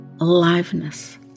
aliveness